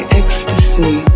ecstasy